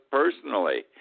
personally